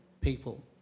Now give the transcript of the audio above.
people